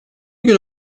günü